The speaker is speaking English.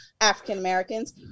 African-Americans